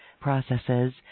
processes